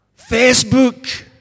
Facebook